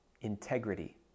integrity